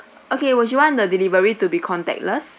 okay would do you want the delivery to be contactless